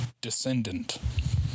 descendant